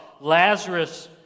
Lazarus